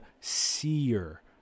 seer